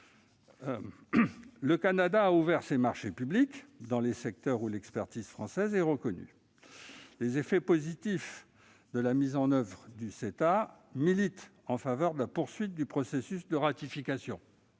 Le Canada a ouvert ses marchés publics dans les secteurs où l'expertise française est reconnue. Les effets positifs de la mise en oeuvre du CETA militent en faveur de la poursuite du processus de ratification.